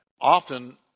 often